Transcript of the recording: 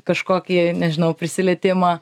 kažkokį nežinau prisilietimą